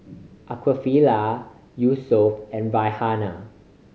Aqeelah Yusuf and Raihana